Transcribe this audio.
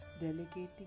Delegating